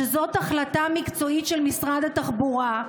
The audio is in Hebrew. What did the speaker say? שזו החלטה מקצועית של משרד התחבורה,